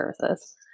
services